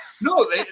no